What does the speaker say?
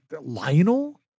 Lionel